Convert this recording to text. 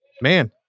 man